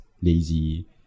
lazy